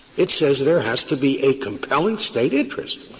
it says there has to be a compelling state interest.